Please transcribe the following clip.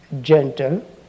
gentle